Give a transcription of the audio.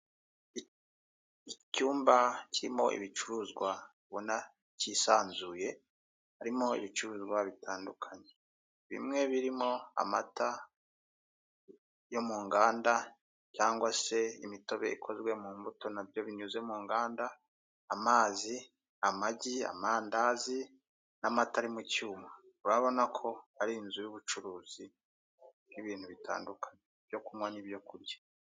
Icyumba kirimo ibicuruzwa ubona cyisanzuye harimo; ibicuruzwa bitandukanye, bimwe birimo amata yo mu nganda, cyangwa se imitobe ikozwe mu mbuto nabyo binyuze mu nganda, amazi, amagi, amandazi n'amata ari mu cyuma, urabona ko ari inzu y'ubucuruzi bw'ibintu bitandukanye byo kunywa n'ibyo kurya.